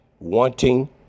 Wanting